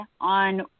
on